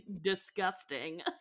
disgusting